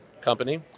company